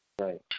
Right